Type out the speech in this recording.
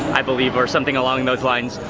i believe, or something along those lines.